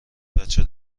بچه